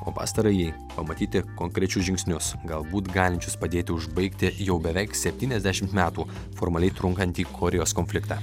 o pastarąjį pamatyti konkrečius žingsnius galbūt galinčius padėti užbaigti jau beveik septyniasdešimt metų formaliai trunkantį korėjos konfliktą